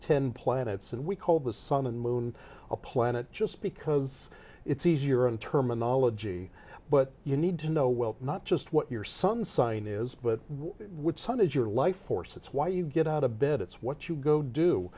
ten planets and we call the sun and moon a planet just because it's easier in terminology but you need to know well not just what your sun sign is but what sun is your life force it's why you get out of bed it's what you go do